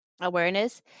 Awareness